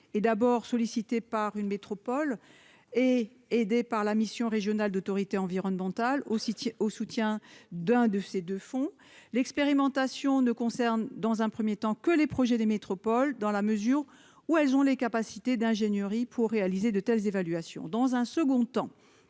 et d'abord sollicité par une métropole et aidés par la mission régionale d'autorité environnementale aussi au soutien d'un de ses de fonds l'expérimentation ne concerne dans un 1er temps que les projets des métropoles dans la mesure où elles ont les capacités d'ingénierie pour réaliser de telles évaluations dans un second temps,